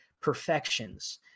perfections